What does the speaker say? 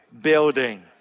building